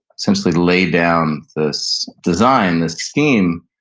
essentially lay down this design, this scheme,